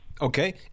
Okay